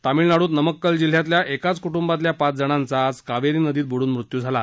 तामिळनाडूत नमक्कल जिल्ह्यातल्या एकाच कुटुंबातल्या पाच जणांचा आज कावेरी नदीत बुडून मृत्यू झाला